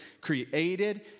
Created